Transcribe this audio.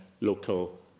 local